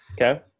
Okay